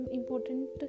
important